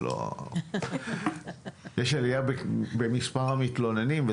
יש עלייה במספר המתלוננים,